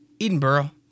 Edinburgh